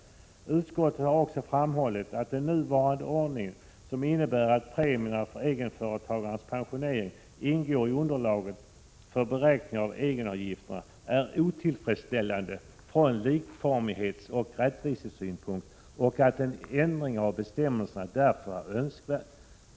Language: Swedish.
Utskottet har också framhållit att den nuvarande ordningen, som innebär att premierna för egenföretagares pensionering ingår i underlaget för beräkning av egenavgifter, är otillfredsställande från likformighetsoch rättvisesynpunkt och att en ändring av bestämmelserna därför är önskvärd.